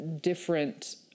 different